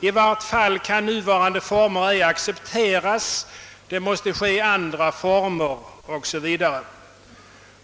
»i varje fall kan nuvarande former ej accepteras», »det måste bli andra former» Oo. s. Vv.